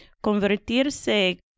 convertirse